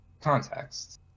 Context